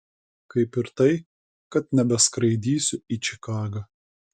kaip ir tai kad nebeskraidysiu į čikagą